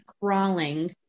crawling